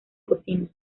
cocina